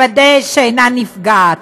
לוודא שאינה נפגעת,